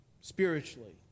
spiritually